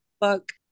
book